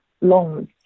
loans